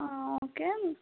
ಹಾಂ ಓಕೆ